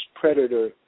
Predator